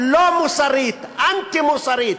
לא מוסרית, אנטי-מוסרית.